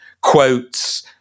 quotes